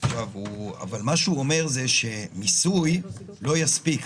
אבל הוא אומר שמיסוי לא יספיק.